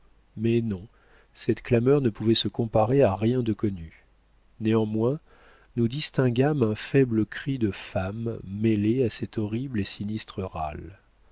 mais non cette clameur ne pouvait se comparer à rien de connu néanmoins nous distinguâmes un faible cri de femme mêlé à cet horrible et sinistre râle